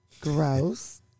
gross